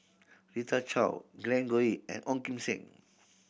Rita Chao Glen Goei and Ong Kim Seng